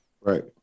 Right